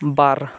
ᱵᱟᱨ